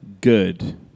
Good